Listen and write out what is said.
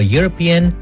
European